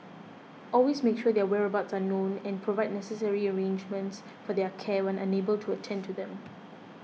always make sure their whereabouts are known and provide necessary arrangements for their care when unable to attend to them